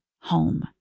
home